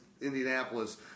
Indianapolis